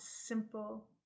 simple